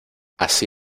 así